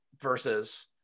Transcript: versus